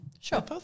Sure